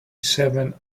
seven